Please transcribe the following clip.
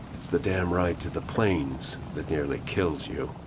it's the damn ride to the planes that nearly kills you.